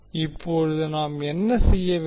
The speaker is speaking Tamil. இப்போது நாம் என்ன செய்ய வேண்டும்